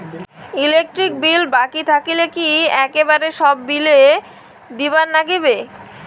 Electric bill বাকি থাকিলে কি একেবারে সব বিলে দিবার নাগিবে?